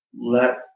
let